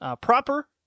proper